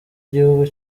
gihugu